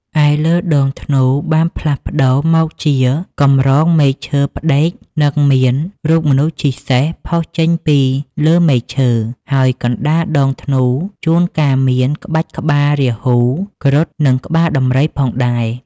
ឯលើដងធ្នូបានផ្លាស់ប្តូរមកជាកម្រងមែកឈើផ្ដេក និងមានរូបមនុស្សជិះសេះផុសចេញពីលើមែកឈើ ហើយកណ្តាលដងធ្នូជួនកាលមានក្បាច់ក្បាលរាហូ គ្រុឌ និង ក្បាលដំរី ផងដែរ។